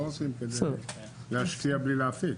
הם לא עושים כדי להשקיע בלי להפיק.